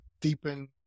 deepen